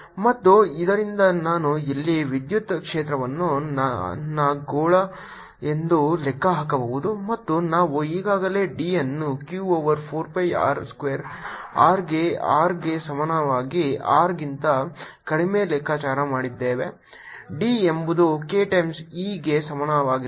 4πr2QD Q4πr2 r ಮತ್ತು ಇದರಿಂದ ನಾನು ಇಲ್ಲಿ ವಿದ್ಯುತ್ ಕ್ಷೇತ್ರವನ್ನು ನನ್ನ ಗೋಳ ಎಂದು ಲೆಕ್ಕ ಹಾಕಬಹುದು ಮತ್ತು ನಾವು ಈಗಾಗಲೇ D ಅನ್ನು q over 4 pi r square r ಗೆ r ಗೆ ಸಮಾನವಾಗಿ R ಗಿಂತ ಕಡಿಮೆ ಲೆಕ್ಕಾಚಾರ ಮಾಡಿದ್ದೇವೆ D ಎಂಬುದು k ಟೈಮ್ಸ್ E ಗೆ ಸಮಾನವಾಗಿರುತ್ತದೆ